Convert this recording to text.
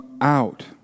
out